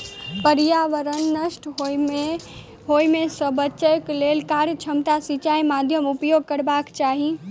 पर्यावरण नष्ट होमअ सॅ बचैक लेल कार्यक्षमता सिचाई माध्यमक उपयोग करबाक चाही